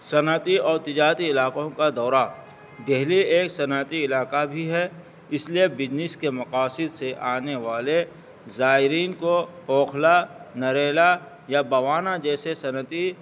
صنعتی اور تجاتی علاقوں کا دورہ دہلی ایک صنعتی علاقہ بھی ہے اس لیے بزنس کے مقاصد سے آنے والے زائرین کو اوکھلا نریلا یا بوانہ جیسے صنعتی